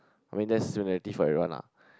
I mean that's similarity for everyone lah